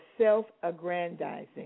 self-aggrandizing